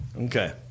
Okay